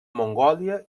mongòlia